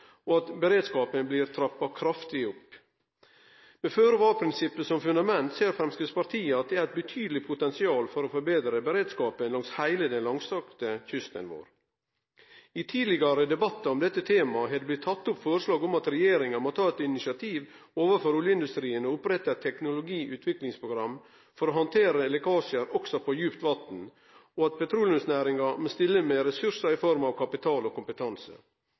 og at beredskapen blir trappa kraftig opp. Med føre-var-prinsippet som fundament ser Framstegspartiet at det er eit betydeleg potensial for å forbetre beredskapen langs heile den langstrakte kysten vår. I tidlegare debattar om dette temaet er det blitt teke opp forslag om at regjeringa må ta initiativ overfor oljeindustrien og opprette eit teknologiutviklingsprogram for å handtere lekkasjar også på djupt vatn, og at petroleumsnæringa må stille med ressursar i form av kapital og kompetanse.